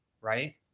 right